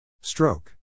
Stroke